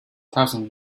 thousand